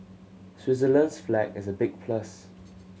Switzerland's flag is a big plus